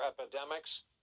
epidemics